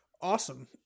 awesome